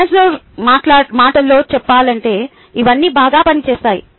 మజూర్ మాటల్లో చెప్పాలంటే ఇవన్నీ బాగా పనిచేస్తాయి